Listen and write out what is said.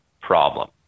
problem